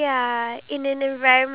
iya